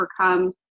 overcome